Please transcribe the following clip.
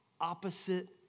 opposite